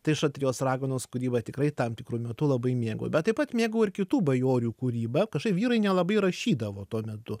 tai šatrijos raganos kūrybą tikrai tam tikru metu labai mėgau bet taip pat mėgau ir kitų bajorių kūrybą kažkai vyrai nelabai rašydavo tuo metu